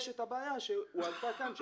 יש הבעיה שהועלתה כאן,